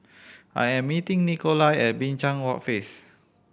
I am meeting Nikolai at Binchang Walk face